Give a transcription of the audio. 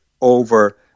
over